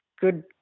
good